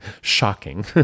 shocking